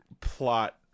plot